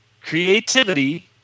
Creativity